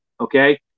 Okay